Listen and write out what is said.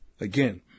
Again